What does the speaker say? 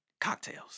cocktails